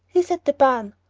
he's at the barn.